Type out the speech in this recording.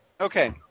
Okay